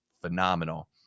phenomenal